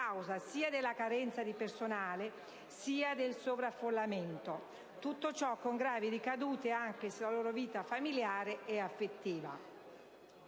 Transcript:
sia della carenza di personale, sia del sovraffollamento, e tutto ciò con gravi ricadute anche sulla loro vita familiare ed affettiva.